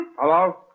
Hello